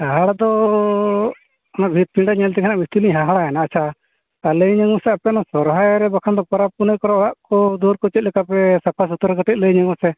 ᱦᱟᱦᱟᱬᱟ ᱫᱚ ᱚᱱᱟ ᱵᱷᱤᱛ ᱯᱤᱸᱰᱟᱹ ᱧᱮᱞ ᱛᱮ ᱦᱟᱸᱜ ᱵᱷᱤᱛᱤᱨ ᱞᱤᱧ ᱦᱟᱦᱟᱬᱟᱭᱮᱱᱟ ᱟᱪᱪᱷᱟ ᱞᱟᱹᱭᱟᱹᱧ ᱯᱮᱥᱮ ᱟᱯᱮ ᱱᱚᱣᱟ ᱥᱚᱦᱨᱟᱭ ᱨᱮ ᱵᱟᱠᱷᱟᱱ ᱫᱚ ᱯᱚᱨᱚᱵᱽ ᱯᱩᱱᱟᱹᱭ ᱠᱚᱨᱮᱜ ᱚᱲᱟᱜ ᱠᱚ ᱫᱩᱣᱟᱹᱨ ᱠᱚ ᱪᱮᱫ ᱞᱮᱠᱟ ᱯᱮ ᱥᱟᱯᱷᱟ ᱥᱩᱛᱨᱚᱭᱟ ᱠᱟᱹᱴᱤᱡ ᱞᱟᱹᱭ ᱧᱚᱜᱽ ᱢᱮᱥᱮ